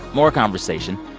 more conversation,